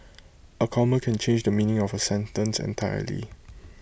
A comma can change the meaning of A sentence entirely